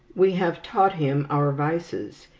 we have taught him our vices,